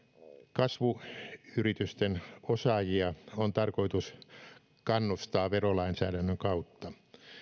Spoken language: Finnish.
kasvuyritysten osaajia on tarkoitus kannustaa verolainsäädännön kautta